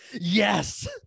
Yes